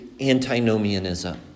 antinomianism